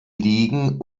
ligen